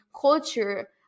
culture